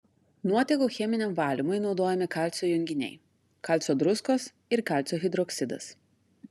nuotekų cheminiam valymui naudojami kalcio junginiai kalcio druskos ir kalcio hidroksidas